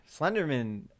Slenderman